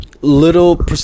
Little